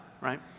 right